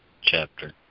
chapter